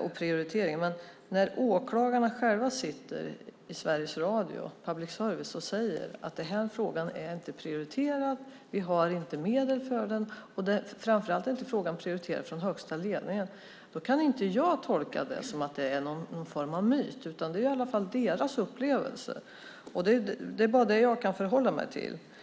och prioriteringen är en myt. Men när åklagarna själva sitter i Sveriges Radio, public service, och säger att den här frågan inte är prioriterad, att de inte har medel för den, och framför allt att frågan inte är prioriterad från högsta ledningen, kan inte jag tolka det som att det är någon form av myt. Det är deras upplevelse, och det är bara det jag kan förhålla mig till.